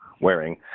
wearing